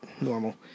normal